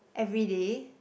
everyday